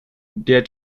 der